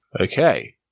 Okay